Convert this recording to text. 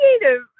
creative